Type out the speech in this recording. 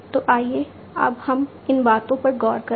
तो आइए अब हम इन बातों पर गौर करें